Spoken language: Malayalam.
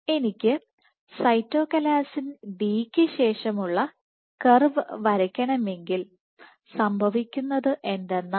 എനിക്ക് സൈറ്റോകലാസിൻ ഡി ക്ക് ശേഷമുള്ള കർവ് വരയ്ക്കണമെങ്കിൽ സംഭവിക്കുന്നത് എന്തെന്നാൽ